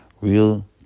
real